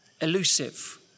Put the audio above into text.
elusive